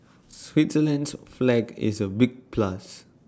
Switzerland's flag is A big plus